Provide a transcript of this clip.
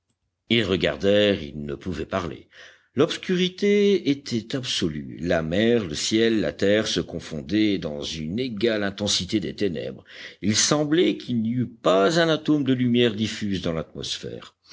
ils regardèrent ils ne pouvaient parler l'obscurité était absolue la mer le ciel la terre se confondaient dans une égale intensité des ténèbres il semblait qu'il n'y eût pas un atome de lumière diffuse dans l'atmosphère